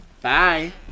Bye